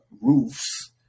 roofs